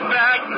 back